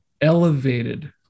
elevated